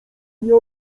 nie